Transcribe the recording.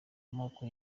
amoko